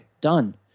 done